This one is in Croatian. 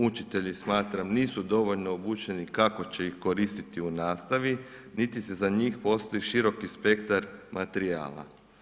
Učitelji smatram nisu dovoljno obučeni kako će ih koristiti u nastavi niti se za njih postoji široki spektar materijala.